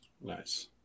Nice